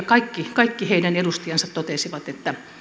kaikki kaikki heidän edustajansa totesivat että